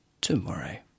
Tomorrow